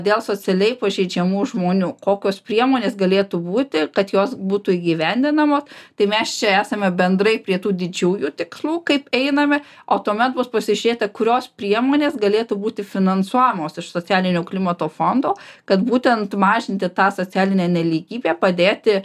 dėl socialiai pažeidžiamų žmonių kokios priemonės galėtų būti kad jos būtų įgyvendinamos tai mes čia esame bendrai prie tų didžiųjų tikslų kaip einame o tuomet bus pasižiūrėta kurios priemonės galėtų būti finansuojamos iš socialinio klimato fondo kad būtent mažinti tą socialinę nelygybę padėti